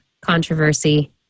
controversy